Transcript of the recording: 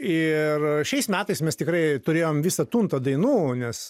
ir šiais metais mes tikrai turėjom visą tuntą dainų nes